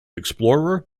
explorer